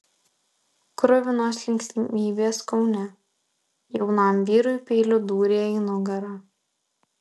kruvinos linksmybės kaune jaunam vyrui peiliu dūrė į nugarą